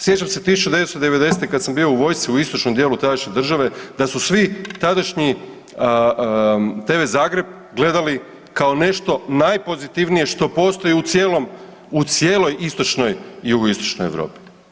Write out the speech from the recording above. Sjećam se 1990. kad sam bio u vojsci u istočnom djelu tadašnje države, d asu svi tadašnji Tv Zagreb gledali kao nešto najpozitivnije što postoji u cijeloj istočnoj i jugoistočnoj Europi.